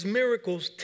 miracles